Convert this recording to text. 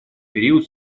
период